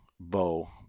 bow